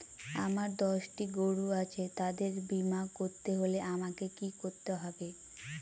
আমার দশটি গরু আছে তাদের বীমা করতে হলে আমাকে কি করতে হবে?